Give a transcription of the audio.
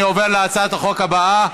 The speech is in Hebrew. אני עובר להצעת החוק הבאה.